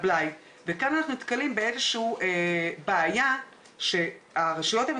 אנחנו בבעיה קשה כי אסור לגבות מהורים בחוק לימוד חובה.